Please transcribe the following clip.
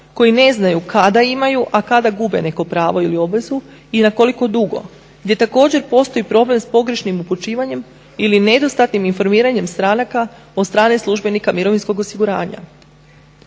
koji ne znaju kada imaju, a kada gube neko pravo ili obvezu i na koliko dugo gdje također postoji problem s pogrešnim upućivanjem ili nedostatnim informiranjem stranaka od strane službenika mirovinskog osiguranja.